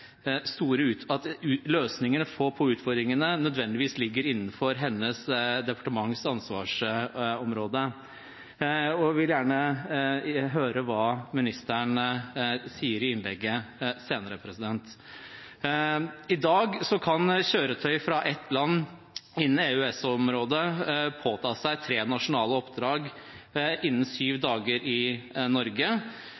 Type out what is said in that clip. løsningene på utfordringene nødvendigvis ligger innenfor hennes departements ansvarsområde, og jeg vil gjerne høre hva ministeren sier om dette i sitt innlegg senere. I dag kan kjøretøy fra et land innen EØS-området påta seg tre nasjonale oppdrag innen syv dager i Norge